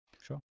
sure